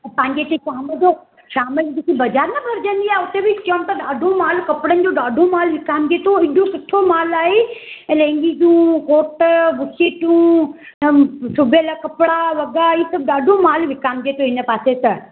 असांजे इते शाम जो शाम जो जेके बाज़ार न लॻंदी आहे उते बि चऊं त ॾाढो मालु कपिड़नि जो ॾाढो मालु विकामिजे थो एॾो सुठो मालु आहे लेगेंजूं कोटु बुशटूं अ सुभियलु कपिड़ा वॻा ही सभु ॾाढो मालु विकामिजे थो इन पासे त